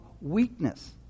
Weakness